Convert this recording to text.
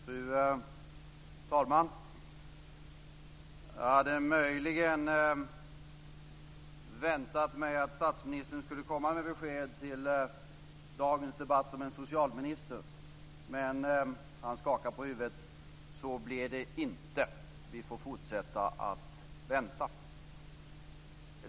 Fru talman! Jag hade möjligen väntat mig att statsministern skulle komma med besked till dagens debatt om vem som blir socialminister. Men han skakar på huvudet. Så blir det inte. Vi får fortsätta att vänta.